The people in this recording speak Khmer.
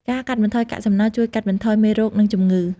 ការកាត់បន្ថយកាកសំណល់ជួយកាត់បន្ថយមេរោគនិងជំងឺ។